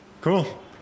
Cool